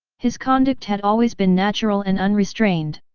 his conduct had always been natural and unrestrained.